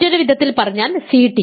മറ്റൊരു വിധത്തിൽ പറഞ്ഞാൽ Ct